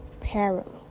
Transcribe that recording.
parallel